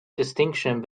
distinction